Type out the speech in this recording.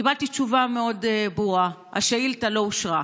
קיבלתי תשובה מאוד ברורה: השאילתה לא אושרה.